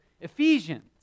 Ephesians